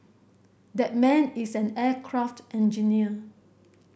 that man is an aircraft engineer